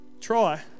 try